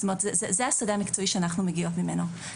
זה השדה המקצועי שאנחנו מגיעות ממנו.